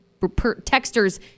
texter's